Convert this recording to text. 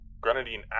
Grenadine